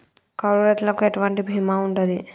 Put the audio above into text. కౌలు రైతులకు ఎటువంటి బీమా ఉంటది?